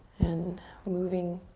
and moving